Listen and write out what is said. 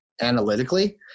analytically